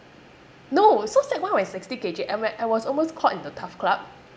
no so sec one when sixty K_G and when I was almost called into TAF club